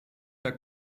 der